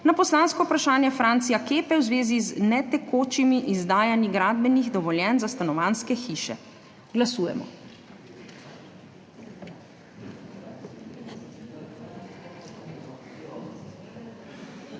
na poslansko vprašanje Francija Kepe v zvezi z netekočimi izdajanji gradbenih dovoljenj za stanovanjske hiše. Glasujemo.